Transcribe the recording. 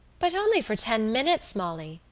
but only for ten minutes, molly,